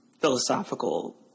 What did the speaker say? philosophical